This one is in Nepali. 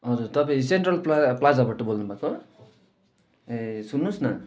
हजुर तपाईँ सेन्ट्रल प्ला प्लाजाबाट बोल्नु भएको ए सुन्नु होस् न